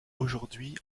aujourd’hui